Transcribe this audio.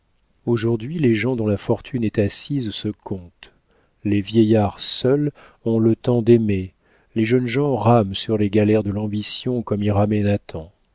aujourd'hui les gens dont la fortune est assise se comptent les vieillards seuls ont le temps d'aimer les jeunes gens rament sur les galères de l'ambition comme y